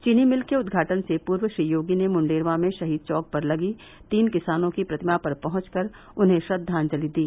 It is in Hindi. चीनी मिल के उद्घाटन से पूर्व श्री योगी ने मुंडेरवा में शहीद चौक पर लगी तीन किसानों की प्रतिमा पर पहंचकर उन्हें श्रद्वांजलि दी